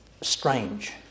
strange